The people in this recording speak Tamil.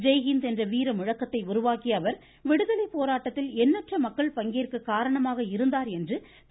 ஜெய்ஹிந்த் என்ற வீர முழக்கத்தை உருவாக்கிய அவர் விடுதலை போராட்டத்தில் எண்ணற்ற மக்கள் பங்கேற்க காரணமாக இருந்தார் என்று திரு